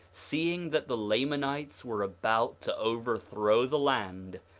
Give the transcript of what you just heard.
seeing that the lamanites were about to overthrow the land,